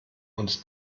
uns